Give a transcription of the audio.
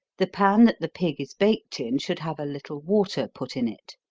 the pan that the pig is baked in should have a little water put in it.